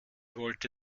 wollte